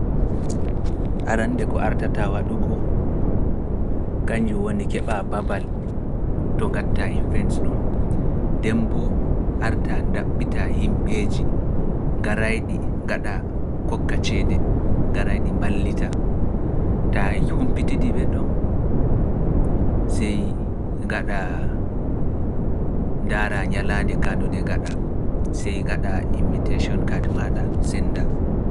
Arannde ko artata waɗugo, kañnjo woni keɓa babal to gatta invents ɗum, demboo arta daɓɓita himɓeeji, garayɗi gaɗa kokka ceede, garayɗi mballita, ta humpitidi ɓe ɗo, sey gaɗa daara ñalande kandude gaɗa, sey gaɗa invitation kadi maɗa senda.